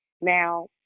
Now